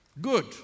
Good